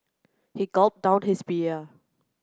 he gulped down his beer